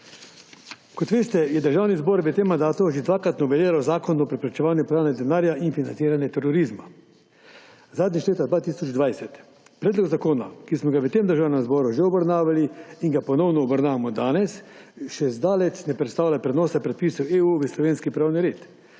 Kot veste, je Državni zbor v tem mandatu že dvakrat noveliral Zakon o preprečevanju pranja denarja in financiranja terorizma, zadnjič leta 2020. Predlog zakona, ki smo ga v tem državnem zboru že obravnavali in ga ponovno obravnavamo danes, še zdaleč ne predstavlja prenosa predpisov EU v slovenski pravni red.